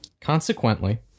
Consequently